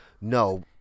No